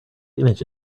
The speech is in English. image